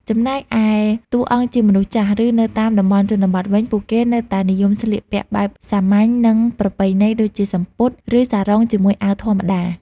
ចំណែកឯតួអង្គជាមនុស្សចាស់ ឬនៅតាមតំបន់ជនបទវិញ ពួកគេនៅតែនិយមស្លៀកពាក់បែបសាមញ្ញ និងប្រពៃណីដូចជា សំពត់ ឬសារុងជាមួយអាវធម្មតា។